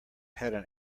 had